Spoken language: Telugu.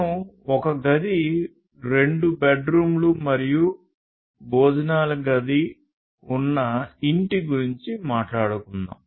మనం ఒక గది రెండు బెడ్ రూములు మరియు భోజనాల గది ఉన్న ఇంటి గురించి మాట్లాడుతున్నాం